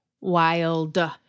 Wild